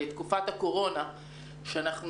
בגני הילדים ובבתי הספר היסודיים אינם אפקטיביים,